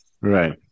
Right